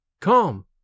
Come